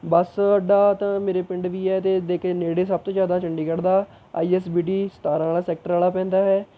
ਬੱਸ ਅੱਡਾ ਤਾਂ ਮੇਰੇ ਪਿੰਡ ਵੀ ਹੈ ਅਤੇ ਨੇੜੇ ਸਭ ਤੋਂ ਜ਼ਿਆਦਾ ਚੰਡੀਗੜ੍ਹ ਦਾ ਆਈ ਐੱਸ ਬੀ ਟੀ ਸਤਾਰਾਂ ਵਾਲ਼ਾ ਸੈਕਟਰ ਵਾਲ਼ਾ ਪੈਂਦਾ ਹੈ